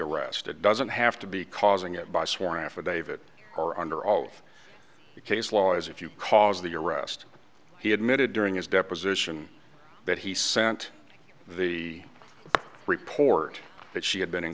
arrest it doesn't have to be causing it by sworn affidavit or under oath case law is if you cause the arrest he admitted during his deposition that he sent the report that she had been in